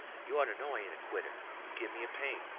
you orter know i ain't a quitter. you give me a pain.